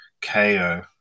KO